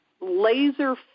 laser